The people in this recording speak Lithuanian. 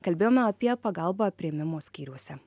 kalbėjome apie pagalbą priėmimo skyriuose